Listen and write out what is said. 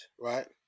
right